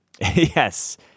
Yes